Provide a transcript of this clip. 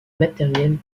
matériels